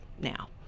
now